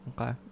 Okay